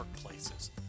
workplaces